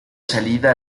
salida